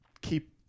keep